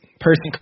person